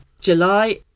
July